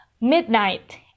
midnight